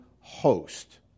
host